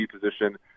position